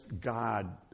God